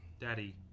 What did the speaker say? Daddy